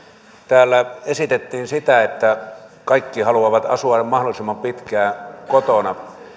täällä esitettiin sitä että kaikki haluavat asua mahdollisimman pitkään kotona